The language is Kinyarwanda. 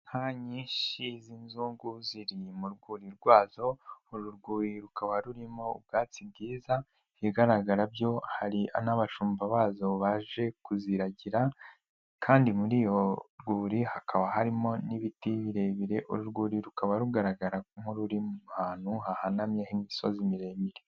Inka nyinshi z'inzungu ziri mu rwuri rwazo. Uru rwuri rukaba rurimo ubwatsi bwiza bigaragara ko hari n'abashumba bazo baje kuziragira kandi muri urwo rwuri hakaba harimo n'ibiti birebire. Urwuri rukaba rugaragara nk'ururi ahantu hahanamye h'imisozi miremire.